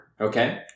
Okay